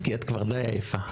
כי את כבר די עייפה.